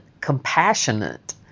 compassionate